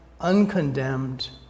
uncondemned